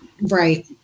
Right